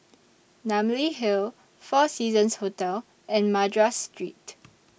Namly Hill four Seasons Hotel and Madras Street